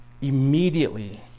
immediately